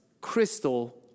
crystal